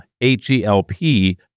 H-E-L-P